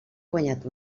guanyat